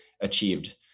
achieved